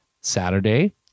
Saturday